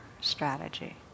strategy